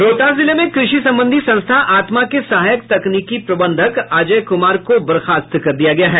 रोहतास जिले में कृषि संबंधी संस्था आत्मा के सहायक तकनीकी प्रबंधक अजय कुमार को बर्खास्त कर दिया गया है